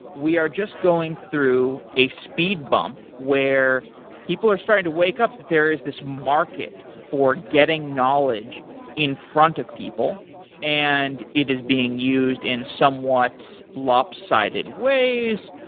we are just going through a speed bump where people are starting to wake up that there is this market for getting knowledge in front of people and it is being used in somewhat lopsided ways,